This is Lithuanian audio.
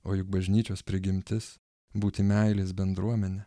o juk bažnyčios prigimtis būti meilės bendruomene